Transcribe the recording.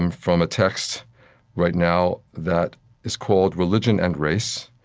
and from a text right now that is called religion and race.